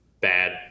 bad